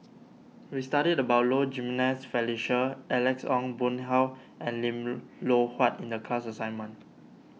we studied about Low Jimenez Felicia Alex Ong Boon Hau and Lim Loh Huat in the class assignment